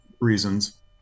reasons